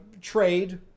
trade